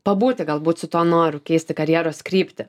pabūti galbūt su tuo noru keisti karjeros kryptį